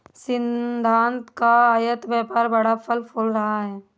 सिद्धिनाथ का आयत व्यापार बड़ा फल फूल रहा है